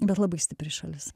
bet labai stipri šalis